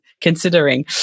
considering